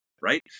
right